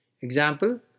Example